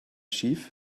schief